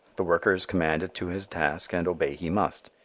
the worker is commanded to his task and obey he must.